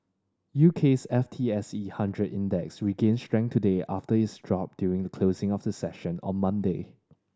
U K's F T S E hundred Index regained strength today after its drop during the closing of the session on Monday